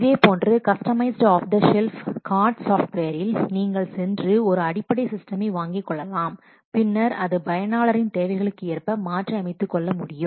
இதேபோன்று customised off the shelf COTS சாஃப்ட்வேரில் நீங்கள் சென்று ஒரு அடிப்படை சிஸ்டமை வாங்கிக் கொள்ளலாம் பின்னர் அது பயனாளரின் தேவைகளுக்கு ஏற்ப மாற்றி அமைத்துக் கொள்ள முடியும்